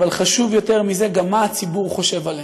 אבל חשוב יותר מזה גם מה הציבור חושב עלינו.